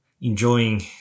enjoying